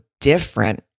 different